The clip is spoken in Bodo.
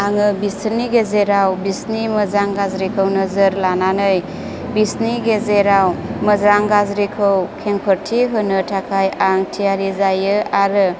आङो बिसोरनि गेजेराव बिसोरनि मोजां गाज्रिखौ नोजोर लानानै बिसोरनि गेजेराव मोजां गाज्रिखौ खेंफोरथि होनो थाखाय आं थियारि जायो आरो